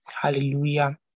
Hallelujah